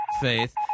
faith